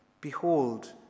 behold